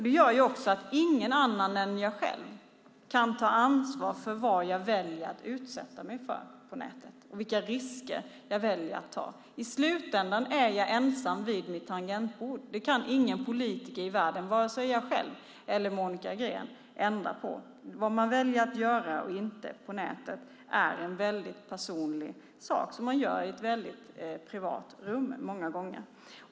Det gör att ingen annan än jag själv kan ta ansvar för vad jag väljer att utsätta mig för och vilka risker jag väljer att ta på nätet. I slutändan är jag ensam vid mitt tangentbord. Ingen politiker, vare sig jag eller Monica Green, kan ändra på det. Vad man väljer att göra och inte göra på nätet är väldigt personligt och något som man många gånger gör i ett privat rum.